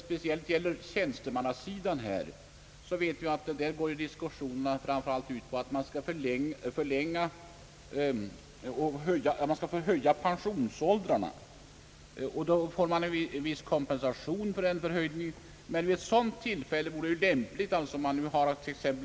Speciellt på tjänstemannasidan rör sig diskussionen om att man kanske borde höja pensionsåldern och ge en viss kompensation för en sådan förhöjning. Om man nu har 63 års pensionsålder, så kan man tänka sig att den höjs till 65.